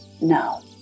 no